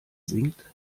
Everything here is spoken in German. singt